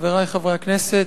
חברי חברי הכנסת,